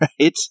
right